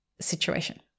situation